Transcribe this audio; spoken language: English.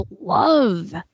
love